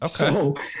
Okay